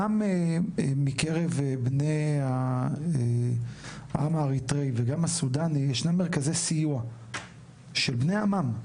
גם מקרב בני העם האריתריאי וגם הסודני ישנם מרכזי סיוע של בני עמם.